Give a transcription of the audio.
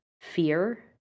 fear